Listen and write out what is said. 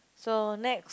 so next